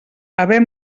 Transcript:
haver